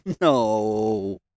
No